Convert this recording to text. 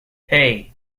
hey